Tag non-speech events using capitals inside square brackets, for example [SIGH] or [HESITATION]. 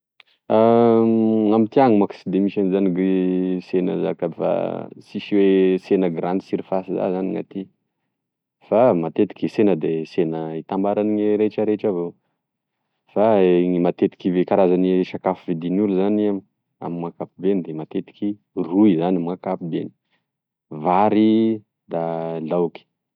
[HESITATION] Amty any manko sy de misy anzany e [HESITATION] sena zaka piva- sisy hoe sena grande surface za zany gn'aty fa matetiky sena de sena itambaragne retraretry avao fa e ny matetiky e karazagne sakafo vidin'olo zany ame akapobeny da matetiky roy izany amy akapobeny vary da laoky.